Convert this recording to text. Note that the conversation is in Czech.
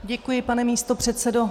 Děkuji, pane místopředsedo.